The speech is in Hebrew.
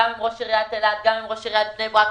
עם ראש עיריית אילת וגם עם ראש עיריית בני-ברק.